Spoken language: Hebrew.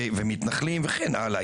ומתנחלים" וכן הלאה.